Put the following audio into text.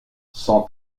son